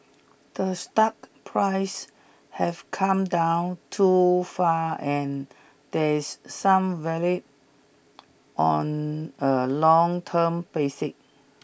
the stock price have come down too far and there's some value on a long term basis